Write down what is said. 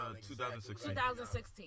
2016